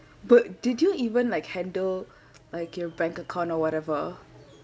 but did you even like handle like your bank account or whatever